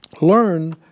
learn